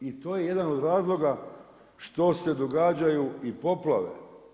I to je jedan od razloga što se događaju i poplave.